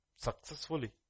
successfully